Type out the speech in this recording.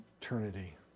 eternity